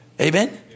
Amen